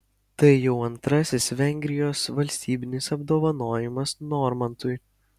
tai jau antrasis vengrijos valstybinis apdovanojimas normantui